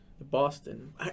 Boston